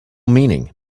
meaning